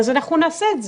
אז אנחנו נעשה את זה.